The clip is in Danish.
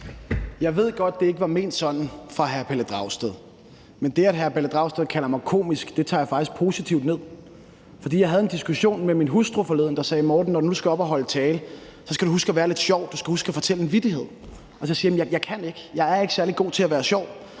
Jeg ved godt, det ikke var ment sådan fra hr. Pelle Dragsteds side, men det, at hr. Pelle Dragsted kalder mig komisk, tager jeg faktisk positivt ned. For jeg havde forleden en diskussion med min hustru, der sagde: Morten, når du nu skal op og holde tale, skal du huske at være lidt sjov, du skal huske at fortælle en vittighed. Så siger jeg: Jamen jeg kan ikke, jeg er ikke særlig god til at være sjov.